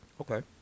Okay